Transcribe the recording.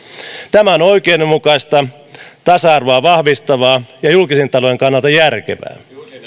tämä on oikeudenmukaista tasa arvoa vahvistavaa ja julkisen talouden kannalta järkevää